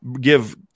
give